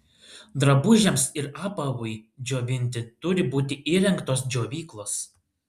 drabužiams ir apavui džiovinti turi būti įrengtos džiovyklos